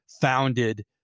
founded